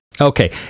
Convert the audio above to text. Okay